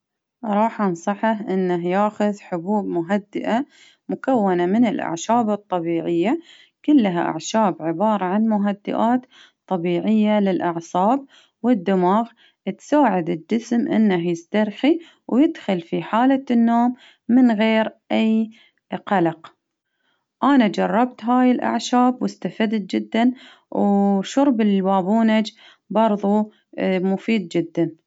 أنصحه إنه ياخذ حبوب مهدئة مكونة من الأعشاب الطبيعية، كلها أعشاب عبارة عن مهدئات طبيعية للأعصاب، والدماغ، تساعد الجسم إنه يسترحي ويدخل في حالة النوم من غير أي قلق، أنا جربت هاي الأعشاب وإستفدت جدا وشرب البابونج بردة مفيد جدا.